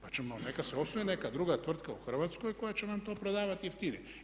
Pa ćemo, neka se osnuje neka druga tvrtka u Hrvatskoj koja će nam to prodavati jeftinije.